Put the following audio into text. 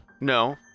No